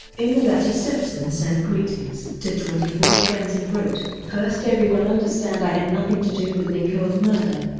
in the letter simpson sent greetings to twenty four friends and wrote, first everyone understand i had nothing to do with nicole's murder.